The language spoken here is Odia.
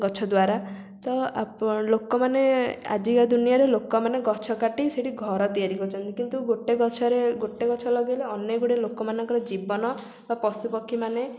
ଗଛଦ୍ୱାରା ତ ଆପଣ ଲୋକମାନେ ଆଜିକା ଦୁନିଆରେ ଲୋକମାନେ ଗଛ କାଟି ସେଇଠି ଘର ତିଆରି କରୁଛନ୍ତି କିନ୍ତୁ ଗୋଟେ ଗଛରେ ଗୋଟେ ଗଛ ଲଗେଇଲେ ଅନେକ ଗୁଡ଼ିଏ ଲୋକମାନଙ୍କର ଜୀବନ ବା ପଶୁପକ୍ଷୀ ମାନେ